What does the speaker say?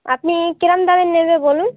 আপনি কিরম দামের নেবে্ন বলুন